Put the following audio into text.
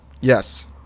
Yes